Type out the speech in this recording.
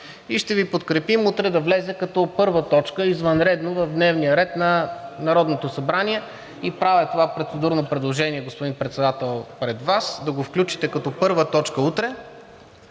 и ще Ви подкрепим утре да влезе извънредно като първа точка в дневния ред на Народното събрание. Правя това процедурно предложение, господин Председател, пред Вас да го включите като първа точка утре,